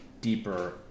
deeper